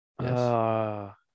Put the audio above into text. Yes